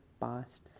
past